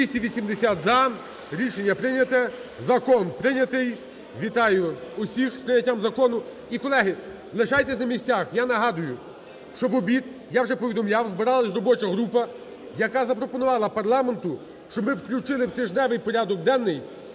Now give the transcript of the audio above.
За-280 Рішення прийнято. Закон прийнятий. Вітаю всіх з прийняттям закону. І, колеги, лишайтесь на місцях. Я нагадую, що в обід, я вже повідомляв, збиралась робоча група, яка запропонувала парламенту, щоб ми включили у тижневий порядок денний